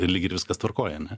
ir lyg ir viskas tvarkoj ar ne